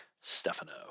Stefano